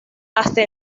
hasta